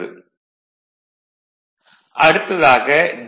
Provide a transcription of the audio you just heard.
vlcsnap 2018 11 05 10h00m15s90 vlcsnap 2018 11 05 10h00m37s45 அடுத்ததாக D